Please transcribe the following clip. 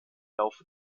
laufe